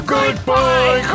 Goodbye